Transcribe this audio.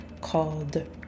called